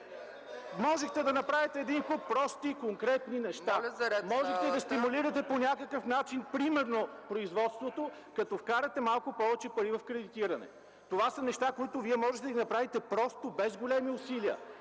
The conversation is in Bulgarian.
Моля за ред в залата! АНТОН КУТЕВ: Можете да стимулирате по някакъв начин примерно производството, като вкарате малко повече пари в кредитиране. Това са неща, които Вие можете да направите просто, без големи усилия.